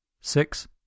Six